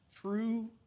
true